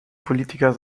politiker